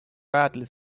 badly